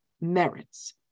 merits